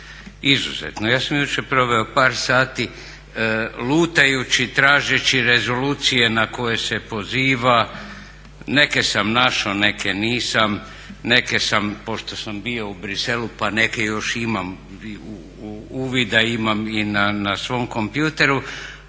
Izuzetno. Ja sam jučer proveo par sati lutajući, tražeći rezolucije na koje se poziva, neke sam našao, neke nisam, neke sam pošto sam bio u Briselu pa neke još imam, uvida imam i na svom kompjuteru.